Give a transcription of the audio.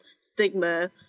stigma